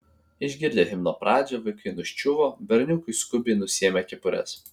išgirdę himno pradžią vaikai nuščiuvo berniukai skubiai nusiėmė kepures